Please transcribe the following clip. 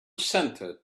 center